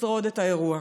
לשרוד את האירוע,